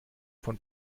von